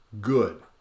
good